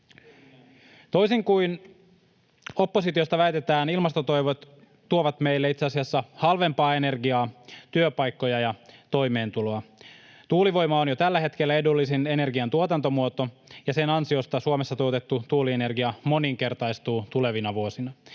Toisin kuin oppositiosta väitetään, ilmastotoimet tuovat meille itse asiassa halvempaa energiaa, työpaikkoja ja toimeentuloa. Tuulivoima on jo tällä hetkellä edullisin energiantuotantomuoto, ja sen ansiosta Suomessa tuotettu tuulienergia moninkertaistuu tulevina vuosina.